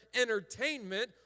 entertainment